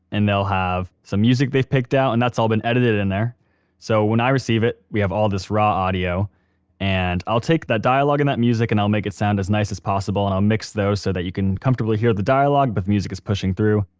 and they'll have some music they've picked out and that's all been edited in there so when i receive it, we have all this raw audio and i'll take dialogue and that music and i'll make it sound as nice as possible and i'll mix those so that you can comfortably hear the dialogue but the music is pushing through.